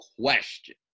question